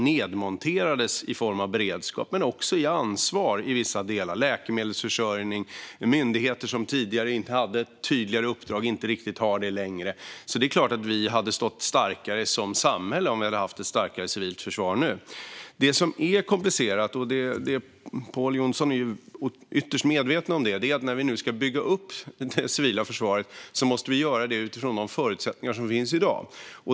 Det skedde både i fråga om beredskap och i fråga om ansvar i vissa delar, till exempel läkemedelsförsörjning, med myndigheter som tidigare hade ett tydligare uppdrag men som inte riktigt har det längre. Det är klart att vi hade stått starkare som samhälle om vi hade haft ett starkare civilt försvar nu. Det som är komplicerat - och Pål Jonson är ytterst medveten om detta - är att vi när vi nu ska bygga upp det civila försvaret måste göra det utifrån de förutsättningar som finns i dag.